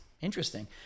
Interesting